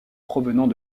provenant